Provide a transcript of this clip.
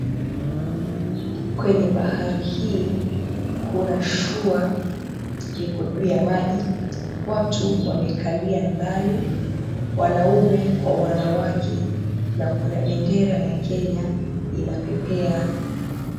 Kwenye bahari hii kuna shua liko juu ya maji. Watu wamekalia ndani wanaume kwa wanawake na kuna bendera ya Kenya inapepea.